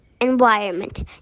environment